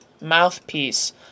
mouthpiece